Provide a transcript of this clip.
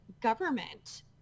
government –